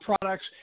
products